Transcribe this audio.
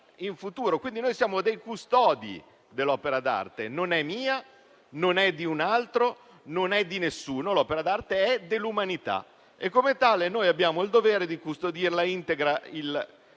in futuro, quindi noi siamo custodi dell'opera d'arte: non è mia, né di un altro, né di nessuno; l'opera d'arte è dell'umanità e come tale abbiamo il dovere di custodirla integra il